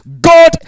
God